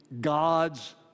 god's